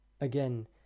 Again